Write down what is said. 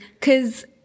Cause